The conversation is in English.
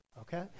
okay